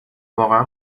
واقعا